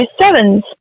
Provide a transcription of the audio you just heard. sevens